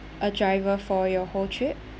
a driver for your whole trip